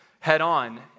head-on